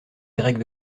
grecque